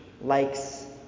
likes